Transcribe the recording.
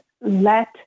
let